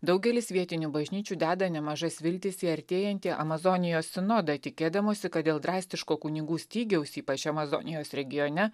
daugelis vietinių bažnyčių deda nemažas viltis į artėjantį amazonijos sinodą tikėdamosi kad dėl drastiško kunigų stygiaus ypač amazonijos regione